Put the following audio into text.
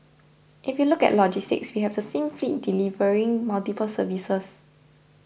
if you look at logistics we have the same fleet delivering multiple services